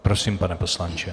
Prosím, pane poslanče.